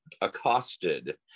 accosted